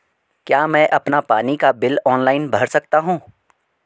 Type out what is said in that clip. क्या मैं अपना पानी का बिल ऑनलाइन भर सकता हूँ?